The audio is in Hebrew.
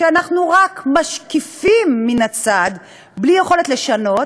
כשאנחנו רק משקיפים מן הצד, בלי יכולת לשנות,